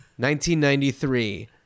1993